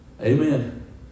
Amen